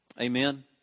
Amen